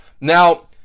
Now